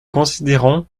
considérons